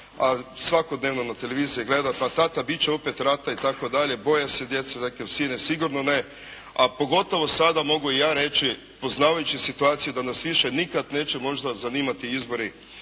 a svakodnevno na televiziji gleda. Pa tata, bit će opet rata itd., boje se djeca, dakle sine, sigurno ne. A pogotovo sada mogu i ja reći, poznavajući situaciju da nas više nikad neće možda zanimati izbori